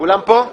כולם פה?